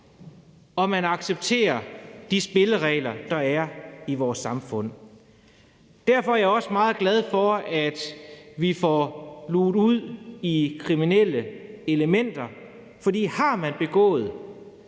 og man accepterer de spilleregler, der er i vores samfund. Derfor er jeg også meget glad for, at vi får luget ud i kriminelle elementer, for har man begået